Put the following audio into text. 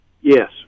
Yes